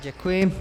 Děkuji.